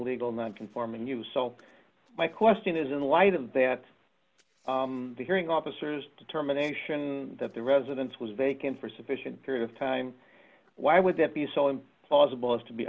legal non conforming you so my question is in light of that the hearing officers determination that the residence was vacant for sufficient period of time why would that be so and plausible as to be